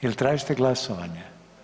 Jel tražite glasovanje?